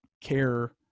care